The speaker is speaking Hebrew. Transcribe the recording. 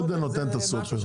הגודל נותן את הסופר.